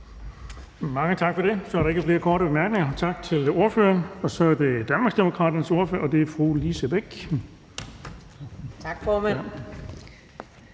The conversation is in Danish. Mange tak for det. Der er ikke flere korte bemærkninger. Tak til ordføreren. Så er det Danmarksdemokraternes ordfører, og det er fru Lise Bech. Kl.